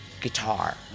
guitar